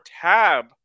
tab